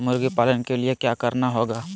मुर्गी पालन के लिए क्या करना होगा?